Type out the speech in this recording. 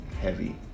heavy